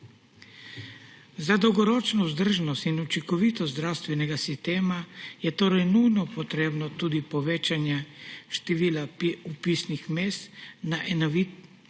Za dolgoročno vzdržnost in učinkovitost zdravstvenega sistema je torej nujno potrebno tudi povečanje števila vpisnih mest na enovit